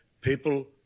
people